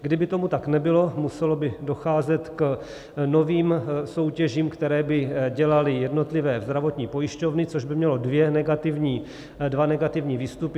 Kdyby tomu tak nebylo, muselo by docházet k novým soutěžím, které by dělaly jednotlivé zdravotní pojišťovny, což by mělo dva negativní výstupy.